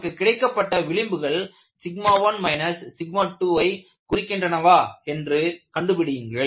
நமக்கு கிடைக்கப்பட்ட விளிம்புகள் 1 2ஐ குறிக்கின்றனவா என்று கண்டுபிடியுங்கள்